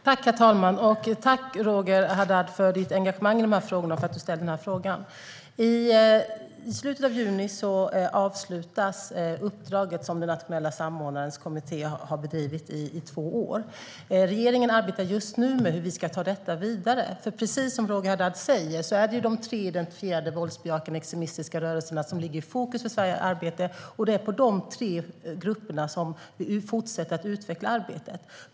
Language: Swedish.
Herr talman! Tack, Roger Haddad, för ditt engagemang i de här frågorna och för att du ställde frågan. I slutet av juni avslutas uppdraget som den nationella samordnarens kommitté har bedrivit i två år. Regeringen arbetar just nu med hur vi ska ta detta vidare. Precis som Roger Haddad säger är det de tre identifierade våldsbejakande extremistiska rörelserna som ligger i fokus för arbetet i Sverige. De är mot de tre grupperna vi fortsätter att utveckla arbetet.